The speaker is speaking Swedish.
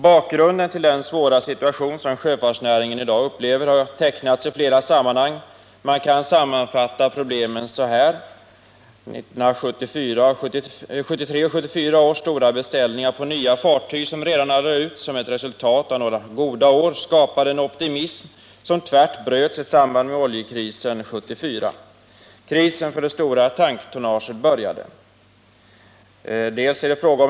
Bakgrunden till den svåra situation som sjöfartsnäringen i dag upplever har tecknats i flera sammanhang. Man kan sammanfatta problemen så här: 1973 och 1974 års stora beställningar på nya fartyg som redarna lade ut som ett resultat av några goda år skapade en optimism, som tvärt bröts i samband med oljekrisen 1974. Krisen för det stora tanktonnaget började.